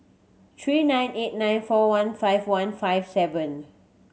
three nine eight nine four one five one five seven